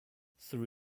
through